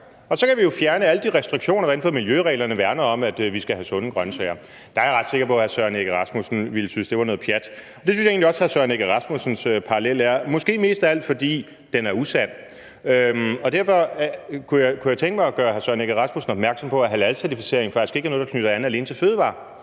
Og så kan vi jo fjerne alle de restriktioner, der inden for miljøreglerne værner om, at vi skal have sunde grønsager. Jeg er ret sikker på, at hr. Søren Egge Rasmussen ville synes, det var noget pjat. Og det synes jeg egentlig også at hr. Søren Egge Rasmussens parallel er – måske mest af alt fordi den er usand. Derfor vil jeg gøre hr. Søren Egge Rasmussen opmærksom på, at halalcertificering faktisk ikke er noget, der alene knytter an til fødevarer.